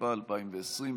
התשפ"א 2020,